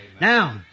Now